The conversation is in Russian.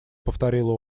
повторила